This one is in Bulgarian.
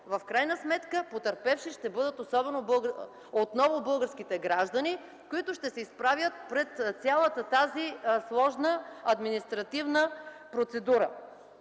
в крайна сметка потърпевши ще бъдат отново българските граждани, които ще изправят пред цялата тази сложна административна процедура.